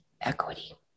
equity